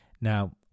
Now